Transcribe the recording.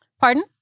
Pardon